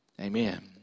Amen